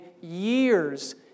years